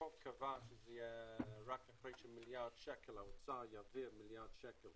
והחוק קבע שזה יהיה רק אחרי שהאוצר יעביר מיליארד שקלים